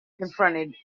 confronted